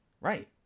Right